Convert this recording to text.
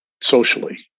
socially